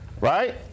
Right